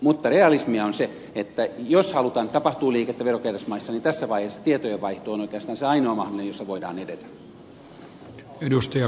mutta realismia on se että jos halutaan että tapahtuu liikettä verokeidasmaissa niin tässä vaiheessa tietojenvaihto on oikeastaan se ainoa mahdollinen jossa voidaan edetä